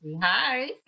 Hi